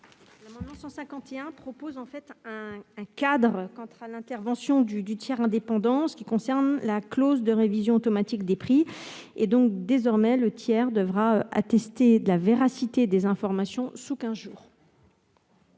vise à proposer un cadre pour l'intervention du tiers indépendant en ce qui concerne la clause de révision automatique des prix. Désormais, le tiers devra attester de la véracité des informations sous quinze jours.